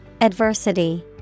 Adversity